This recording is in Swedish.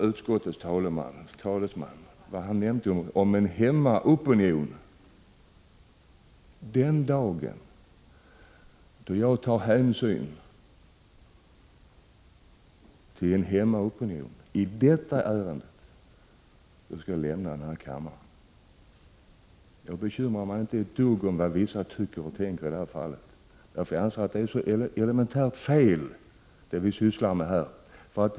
Utskottets talesman nämnde trycket från en hemmaopinion. Den dag då jag tar hänsyn till en hemmaopinion i detta ärende, skall jag lämna riksdagen. Jag bekymrar mig inte ett dugg om vad vissa tänker och tycker i det här fallet. Jag anser att det vi här sysslar med helt enkelt är fel.